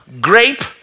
grape